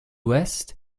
ouest